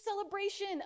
celebration